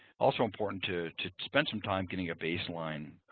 also, important to to spend some time getting a baseline